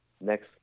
next